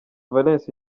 valens